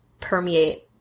permeate